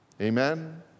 Amen